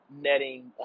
netting